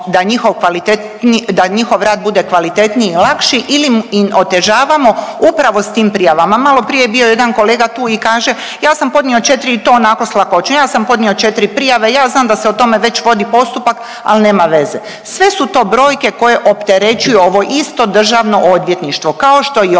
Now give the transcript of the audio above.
da njihov rad bude kvalitetniji i lakši ili im otežavamo upravo s tim prijavama? Maloprije je bio jedan kolega tu i kaže ja sam podnio 4 i to onako s lakoćom, ja sam podnio 4 prijave, ja znam da se o tome već vodi postupak, ali nema veze. Sve su to brojke koje opterećuju ovo isto Državno odvjetništvo, kao što i